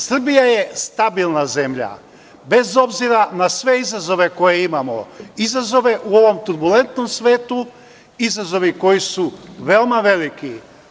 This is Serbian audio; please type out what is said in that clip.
Srbija je stabilna zemlja, bez obzira na sve izazove koje imamo, izazove u ovom turbulentnom svetu, izazovi koji su veoma veliki.